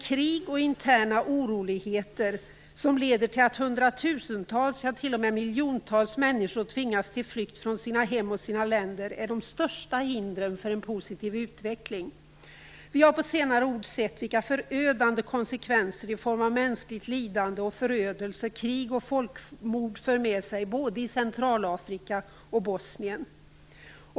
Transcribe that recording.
Krig och interna oroligheter som leder till att hundratusentals, ja miljontals människor tvingas till flykt från sina hem och länder är de största hindren för en positiv utveckling. Vi har på senare tid sett vilka förödande konsekvenser i form av mänskligt lidande och förödelse krig och folkmord för med sig både i Centralafrika och i Bosnien.